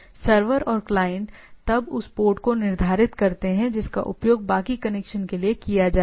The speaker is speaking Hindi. सर्वर और क्लाइंट तब उस पोर्ट को निर्धारित करते हैं जिसका उपयोग बाकी कनेक्शन के लिए किया जाएगा